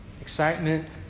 excitement